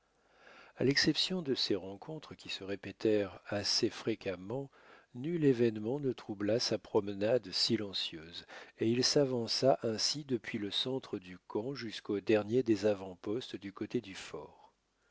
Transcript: à l'exception de ces rencontres qui se répétèrent assez fréquemment nul événement ne troubla sa promenade silencieuse et il s'avança ainsi depuis le centre du camp jusqu'au dernier des avant-postes du côté du fort